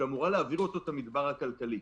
שאמורה להעביר אותו את המדבר הכלכלי.